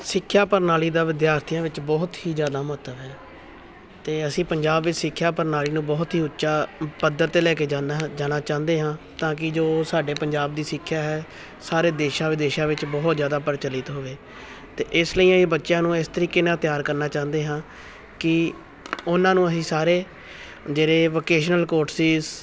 ਸਿੱਖਿਆ ਪ੍ਰਣਾਲੀ ਦਾ ਵਿਦਿਆਰਥੀਆਂ ਵਿੱਚ ਬਹੁਤ ਹੀ ਜ਼ਿਆਦਾ ਮਹੱਤਵ ਹੈ ਅਤੇ ਅਸੀਂ ਪੰਜਾਬ ਵਿੱਚ ਸਿੱਖਿਆ ਪ੍ਰਣਾਲੀ ਨੂੰ ਬਹੁਤ ਹੀ ਉੱਚਾ ਪੱਧਰ 'ਤੇ ਲੈ ਕੇ ਜਾਨਾ ਹਾਂ ਜਾਣਾ ਚਾਹੁੰਦੇ ਹਾਂ ਤਾਂ ਕਿ ਜੋ ਸਾਡੇ ਪੰਜਾਬ ਦੀ ਸਿੱਖਿਆ ਹੈ ਸਾਰੇ ਦੇਸ਼ਾਂ ਵਿਦੇਸ਼ਾਂ ਵਿੱਚ ਬਹੁਤ ਜ਼ਿਆਦਾ ਪ੍ਰਚੱਲਤ ਹੋਵੇ ਅਤੇ ਇਸ ਲਈ ਇਹ ਬੱਚਿਆਂ ਨੂੰ ਇਸ ਤਰੀਕੇ ਨਾਲ ਤਿਆਰ ਕਰਨਾ ਚਾਹੁੰਦੇ ਹਾਂ ਕਿ ਉਹਨਾਂ ਨੂੰ ਅਸੀਂ ਸਾਰੇ ਜਿਹੜੇ ਵੋਕੇਸ਼ਨਲ ਕੋਰਸਿਸ